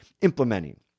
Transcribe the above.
implementing